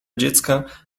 dziecka